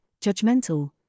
judgmental